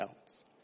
else